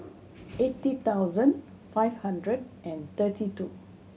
eighty thousand five hundred and thirty two